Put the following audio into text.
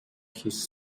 his